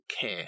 care